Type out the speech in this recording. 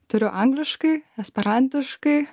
turiu angliškai esperantiškai